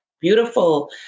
beautiful